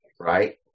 Right